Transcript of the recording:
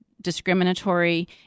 discriminatory